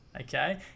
Okay